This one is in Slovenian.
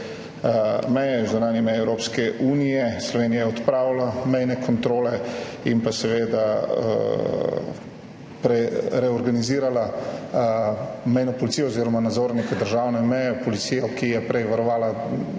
zunanje meje Evropske unije. Slovenija je odpravila mejne kontrole in reorganizirala mejno policijo oziroma nadzornike državne meje, policijo, ki je prej varovala